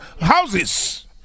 houses